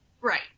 right